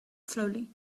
slowly